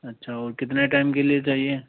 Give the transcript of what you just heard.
अच्छा और कितने टाइम के लिए चाहिए